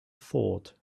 thought